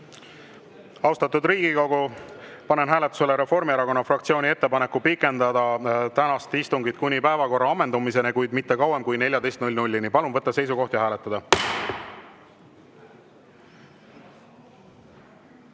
Austatud Riigikogu, panen hääletusele Reformierakonna fraktsiooni ettepaneku pikendada tänast istungit kuni päevakorra ammendumiseni, kuid mitte kauem kui 14.00-ni. Palun võtta seisukoht ja hääletada!